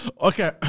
Okay